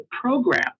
program